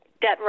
debt